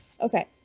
Okay